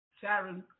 Sharon